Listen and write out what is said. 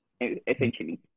essentially